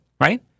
right